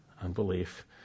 Unbelief